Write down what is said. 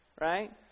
Right